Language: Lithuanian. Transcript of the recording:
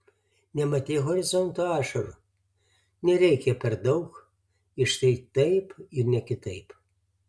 nematei horizonto ašarų nereikia per daug ir štai taip ir ne kitaip